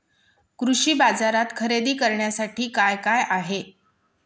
कृषी बाजारात खरेदी करण्यासाठी काय काय आहे?